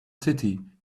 city